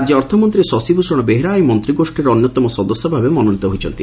ରାକ୍ୟ ଅର୍ଥମନ୍ତ ଶଶଭ଼ଷଣ ବେହେରା ଏହି ମନ୍ତୀଗୋଷୀର ଅନ୍ୟତମ ସଦସ୍ୟ ଭାବେ ମନୋନୀତ ହୋଇଛନ୍ତି